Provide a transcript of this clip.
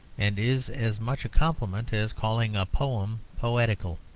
and is as much a compliment as calling a poem poetical.